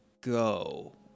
go